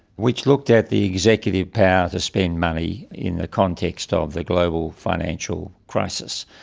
which looked at the executive power to spend money in the context of the global financial crisis,